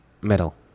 metal